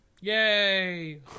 Yay